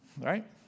Right